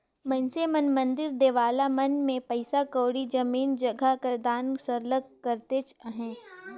मइनसे मन मंदिर देवाला मन में पइसा कउड़ी, जमीन जगहा कर दान सरलग करतेच अहें